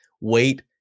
Wait